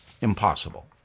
impossible